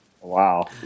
Wow